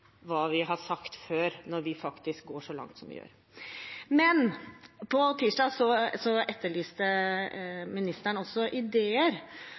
hva vi har sagt før, når vi faktisk går så langt som vi gjør. Men på tirsdag etterlyste ministeren også ideer.